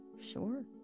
sure